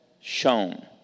shown